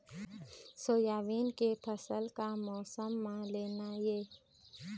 Soybean के फसल का मौसम म लेना ये?